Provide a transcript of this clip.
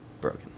broken